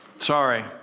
sorry